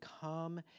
come